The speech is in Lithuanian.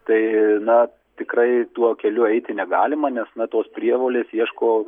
tai na tikrai tuo keliu eiti negalima nes na tos prievolės ieško